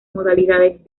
modalidades